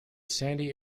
sandy